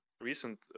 recent